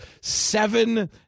seven